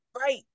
right